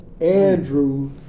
Andrew